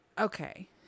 okay